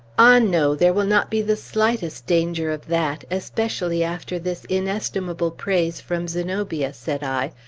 ah, no there will not be the slightest danger of that, especially after this inestimable praise from zenobia, said i,